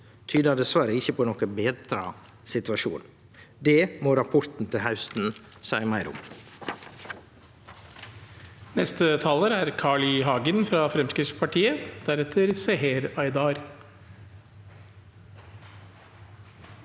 tyder dessverre ikkje på ein betra situasjon. Det må rapporten til hausten seie meir om.